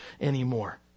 anymore